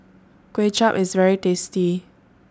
Kway Chap IS very tasty